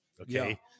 Okay